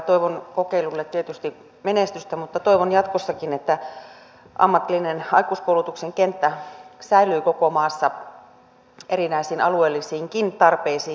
toivon kokeilulle tietysti menestystä mutta toivon että jatkossakin ammatillisen aikuiskoulutuksen kenttä säilyy koko maassa erinäisiin alueellisiinkin tarpeisiin